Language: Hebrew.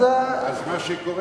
אז מה שקורה,